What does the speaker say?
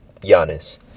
Giannis